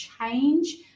change